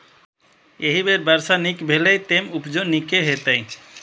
एहि बेर वर्षा नीक भेलैए, तें उपजो नीके हेतै